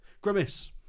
Grimace